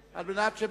נתקבלה.